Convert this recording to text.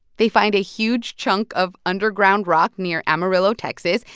they find a huge chunk of underground rock near amarillo, texas.